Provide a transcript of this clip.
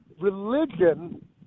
religion